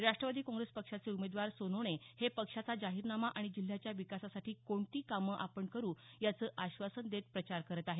Rashtrawadi Congress पक्षाचे उमेदवार सोनवणे हे पक्षाचा जाहीरनामा आणि जिल्ह्याच्या विकासासाठी कोणती कामे आपण करू याचं आश्वासन देत प्रचार करत आहेत